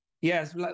Yes